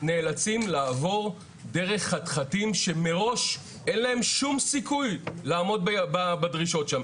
נאלצים לעבור דרך חתחתים שמראש אין להם שום סיכוי לעמוד בדרישות שם.